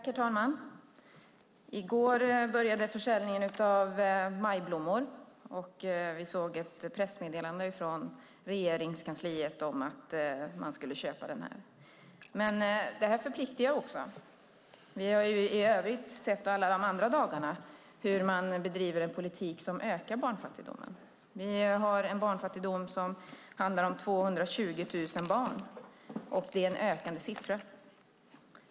Herr talman! I går började försäljningen av majblommor, och vi såg ett pressmeddelande från Regeringskansliet om att man skulle köpa en. Det här förpliktigar också. Vi har i övrigt alla de andra dagarna sett hur man bedriver en politik som gör att barnfattigdomen ökar. Det är en barnfattigdom som handlar om 220 000 barn, och det är en ökande siffra.